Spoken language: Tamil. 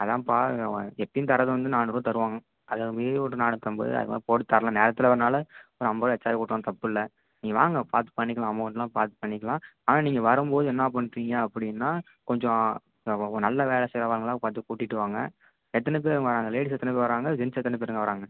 அதுதான்ப்பா எப்பேயும் தர்றது வந்து நானூறுருவா தருவாங்க அதை மீறி ஒரு நானூற்றம்பது அது மாதிரி போட்டு தரலாம் நேரத்தில் வரதுனால் ஒரு ஐம்பது ரூபா எக்ஸ்ட்ராகவே கொாடுக்கலாம் தப்பில்லை நீங்கள் வாங்க பார்த்து பண்ணிக்கலாம் அமௌண்டெலாம் பார்த்து பண்ணிக்கலாம் ஆனால் நீங்கள் வரும்போது என்ன பண்ணுறீங்க அப்படின்னால் கொஞ்சம் நல்ல வேலை செய்கிறவங்களா பார்த்து கூட்டிகிட்டு வாங்க எத்தனை பேருங்க வராங்க லேடீஸ் எத்தனை பேர் வராங்க ஜென்ட்ஸ் எத்தனை பேருங்க வராங்க